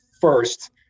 first